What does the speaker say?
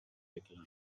decline